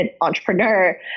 entrepreneur